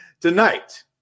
Tonight